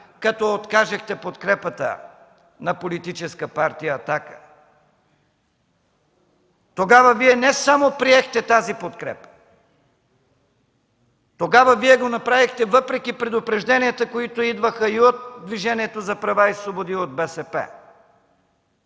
като откажехте подкрепата на Политическа партия „Атака”. Тогава Вие не само приехте тази подкрепа, тогава Вие го направихте въпреки предупрежденията, които идваха и от Движението за права и свободи и от БСП.